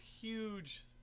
huge –